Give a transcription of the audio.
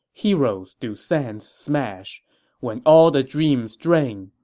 heroes do sands smash when all the dreams drain,